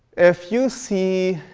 if you see,